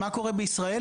מה קורה בישראל?